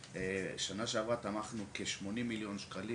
ובשנה שעברה תמכנו עם כ-80 מיליון שקלים